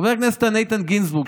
חבר הכנסת איתן גינזבורג,